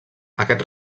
aquest